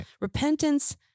Repentance